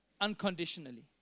unconditionally